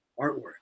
artwork